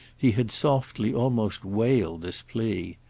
he had softly almost wailed this plea.